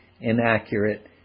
inaccurate